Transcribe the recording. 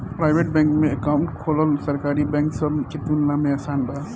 private bank में account खोलल सरकारी बैंक सब के तुलना में आसान बा